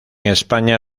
españa